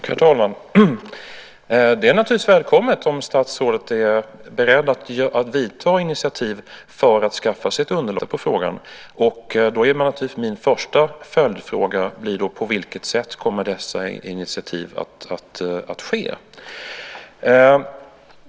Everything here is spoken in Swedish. Herr talman! Det är naturligtvis välkommet om statsrådet är beredd att ta initiativ för att skaffa sig ett underlag för att titta på frågan. Då är naturligtvis min första följdfråga: På vilket sätt kommer dessa initiativ att tas?